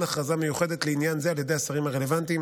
הכרזה מיוחדת לעניין זה על ידי השרים הרלוונטיים,